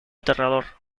aterrador